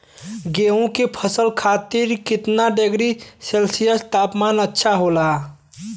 गेहूँ के फसल खातीर कितना डिग्री सेल्सीयस तापमान अच्छा होला?